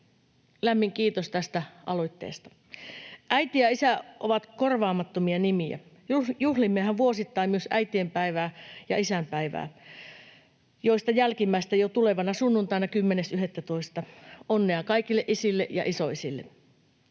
Lämmin kiitos tästä aloitteesta. ”Äiti” ja ”isä” ovat korvaamattomia nimiä — juhlimmehan vuosittain myös äitienpäivää ja isänpäivää, joista jälkimmäistä jo tulevana sunnuntaina 10.11. Onnea kaikille isille ja isoisille!